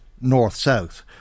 north-south